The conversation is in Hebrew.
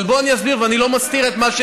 אבל בואו אני אסביר, ואני לא מסתיר כלום.